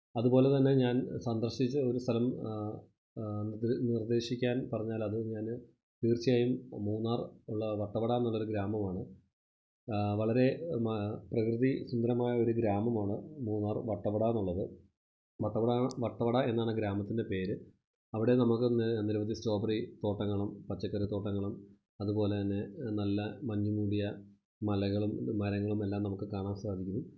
അതുപോലെ തന്നെ ഞാന് സന്ദര്ശിച്ച ഒരു സ്ഥലം അത് നിര്ദേശിക്കാന് പറഞ്ഞാല് അത് ഞാൻ തീര്ച്ചയായും മൂന്നാര് ഉള്ള വട്ടവട എന്നുള്ള ഒരു ഗ്രാമമാണ് വളരെ പ്രകൃതി സുന്ദരമായ ഒരു ഗ്രാമമാണ് മൂന്നാര് വട്ടവട എന്നുള്ളത് വട്ടവട വട്ടവട എന്നാണ് ഗ്രാമത്തിന്റെ പേര് അവിടെ നമുക്ക് നിരവധി സ്റ്റോബറി തോട്ടങ്ങളും പച്ചക്കറി തോട്ടങ്ങളും അതുപോലെ തന്നെ നല്ല മഞ്ഞു മൂടിയ മലകളും ഇത് മരങ്ങളുമെല്ലാം നമുക്ക് കാണാന് സാധിക്കുന്നു